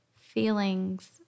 feelings